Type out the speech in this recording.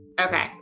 Okay